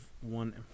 one